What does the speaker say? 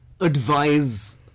advise